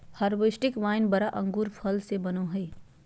हर्बेस्टि wine बड़ा अंगूर फल से बनयय हइ